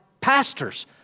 pastors